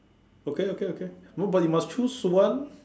okay okay okay no but you must choose one